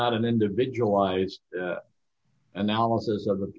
not an individualized analysis of the